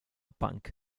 punk